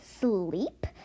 sleep